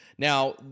Now